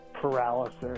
paralysis